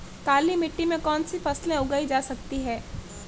काली मिट्टी में कौनसी फसलें उगाई जा सकती हैं?